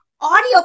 audio